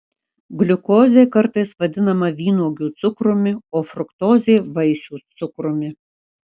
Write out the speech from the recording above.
gliukozė kartais vadinama vynuogių cukrumi o fruktozė vaisių cukrumi